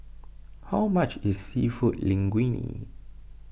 how much is Seafood Linguine